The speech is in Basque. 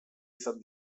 izan